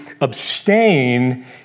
abstain